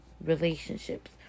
relationships